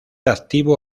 activo